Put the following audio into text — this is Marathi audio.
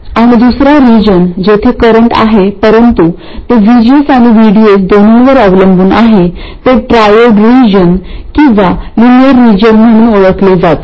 आणि दुसरा रिजन जिथे करंट आहे परंतु ते VGS आणि VDS दोन्हीवर अवलंबून आहेत हे ट्रायोड रिजन किंवा लिनियर रिजन म्हणून ओळखले जाते